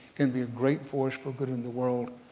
can be a great force for good in the world,